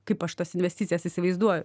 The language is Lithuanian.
kaip aš tas investicijas įsivaizduoju